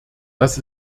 das